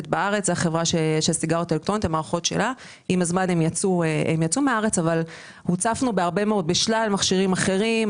עם הזמן חברת ג'ול יצאה מהארץ והוצפנו בשלל מכשירים אחרים,